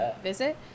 visit